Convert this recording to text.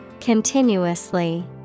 Continuously